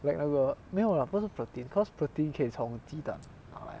lack 那个没有啦不是 protein because protein 可以从鸡蛋拿来